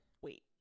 wait